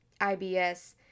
IBS